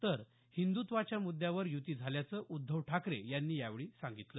तर हिंदुत्वाच्या मुद्द्यावर युती झाल्याचं उद्धव ठाकरे यांनी यावेळी सांगितलं